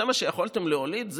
זה מה שיכולתם להוליד?